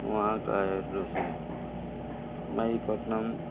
وہاں کا ایڈریس ہے مہدی پٹنم